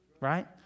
right